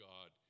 God